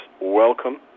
Welcome